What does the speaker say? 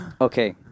Okay